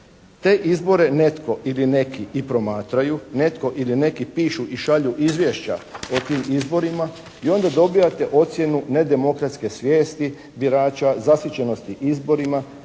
Te izbore netko ili neki i promatraju, netko ili neki pišu i šalju izvješća o tim izborima i onda dobijate ocjenu nedemokratske svijesti birača, zasićenosti izborima,